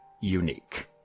unique